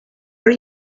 are